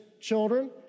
children